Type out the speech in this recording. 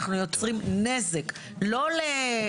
אנחנו יוצרים נזק לא לחוק,